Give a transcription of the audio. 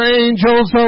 angels